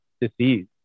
disease